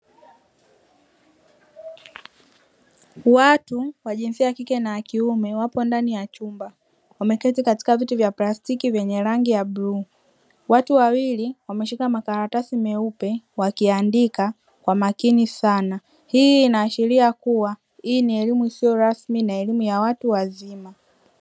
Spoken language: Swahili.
Watu wa jinsia ya kike na ya kiume wapo ndani ya chumba wameketi katika viti vya plastiki vyenye rangi ya bluu. Watu wawili wameshika makaratasi meupe wakiandika kwa makini sana. Hii inaashiria kuwa hii ni elimu isiyokuwa rasmi na elimu ya watu wazima.